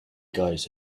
guys